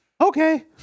okay